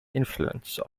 influence